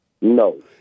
No